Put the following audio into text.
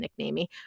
nicknamey